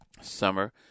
summer